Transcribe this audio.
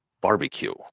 barbecue